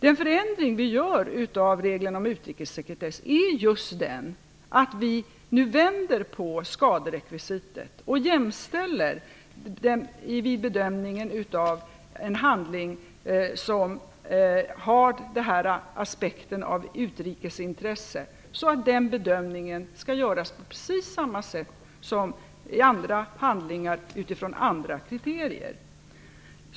Den förändring vi gör av reglerna om utrikessekretess är just den att vi nu vänder på skaderekvisitet, så att bedömningen av en handling som har aspekten av utrikesintresse skall göras precis på samma sätt som i fråga om andra handlingar utifrån andra kriterier.